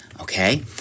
Okay